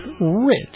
rich